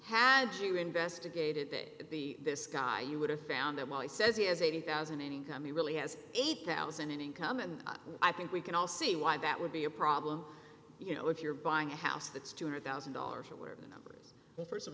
had you investigated the this guy you would have found that while he says he has eighty thousand any come he really has eight thousand an income and i think we can all see why that would be a problem you know if you're buying a house that's two hundred thousand dollars or whatever the numbers well first of